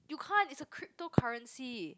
you can't it's a cryptocurrency